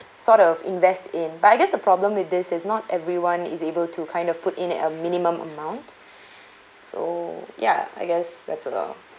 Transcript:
sort of invest in but I guess the problem with this is not everyone is able to kind of put in a minimum amount so ya I guess that's a